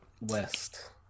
West